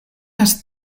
has